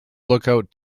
lookout